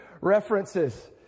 References